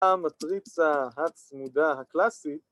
המטריצה הצמודה הקלאסית